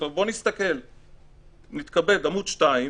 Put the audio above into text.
בואו נסתכל בעמוד 2: